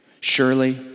Surely